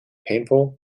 painful